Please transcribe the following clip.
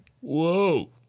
whoa